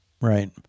right